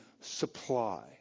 supply